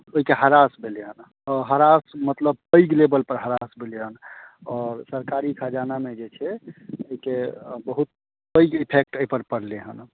ओहिके ह्रास भेलै हेँ ह्रास मतलब पैघ लेवलपर ह्रास भेलै हेँ आओर सरकारी खजानामे जे छै एहिके बहुत पैघ इफेक्ट एहिपर पड़लै हेँ